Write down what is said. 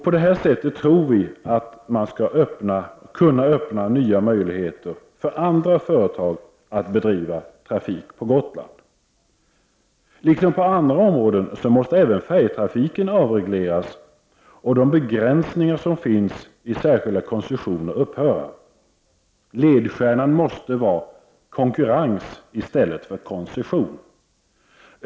På detta sätt tror vi att nya möjligheter kan öppnas för andra företag att bedriva trafik på Gotland. Liksom på andra områden måste även färjetrafiken avregleras och de begränsningar som finns i särskilda koncessioner upphöra. Ledstjärna måste vara konkurrens i stället för koncession.